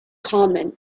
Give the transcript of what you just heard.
common